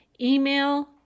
email